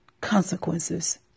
consequences